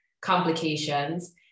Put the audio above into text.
complications